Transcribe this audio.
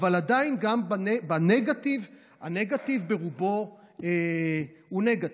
אבל עדיין ה-negative הוא ברובו negative.